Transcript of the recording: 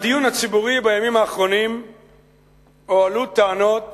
בדיון הציבורי בימים האחרונים הועלו טענות